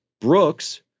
Brooks